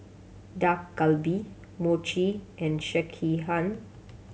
Dak Galbi Mochi and Sekihan